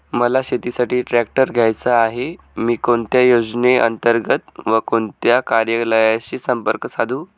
मला शेतीसाठी ट्रॅक्टर घ्यायचा आहे, मी कोणत्या योजने अंतर्गत व कोणत्या कार्यालयाशी संपर्क साधू?